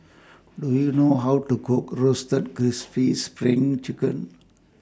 Do YOU know How to Cook Roasted Crispy SPRING Chicken